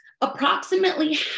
approximately